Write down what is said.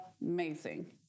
amazing